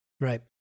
right